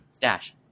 Dash